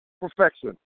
perfection